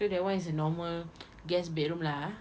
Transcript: so that [one] is a normal guest bedroom lah ah